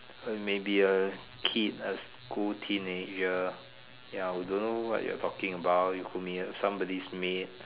maybe a kid a cool teenager ya we don't know what you're talking about it could be a somebody's maid